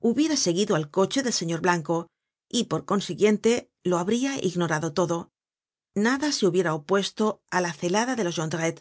hubiera seguido al coche del señor blanco y por consiguiente lo habria ignorado todo nada se hubiera opuesto á la celada de los